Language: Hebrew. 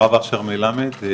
הרב אשר מלמד,